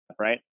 right